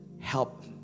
help